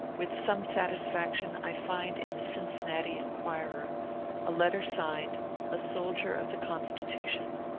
with some satisfaction i find in the cincinnati enquirer a letter signed a soldier of the constitution,